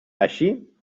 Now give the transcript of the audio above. així